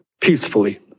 peacefully